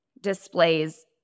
displays